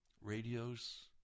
radios